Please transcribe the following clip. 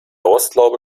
rostlaube